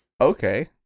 Okay